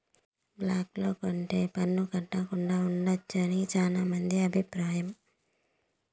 black లో కొంటె పన్నులు కట్టకుండా ఉండొచ్చు అని శ్యానా మంది అభిప్రాయం